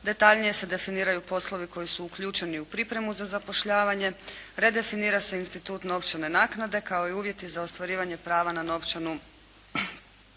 detaljnije se definiraju poslovi koji su uključeni u pripremu za zapošljavanje, redefinira se institut novčane naknade kao i uvjeti za ostvarivanje prava na novčanu